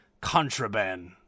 contraband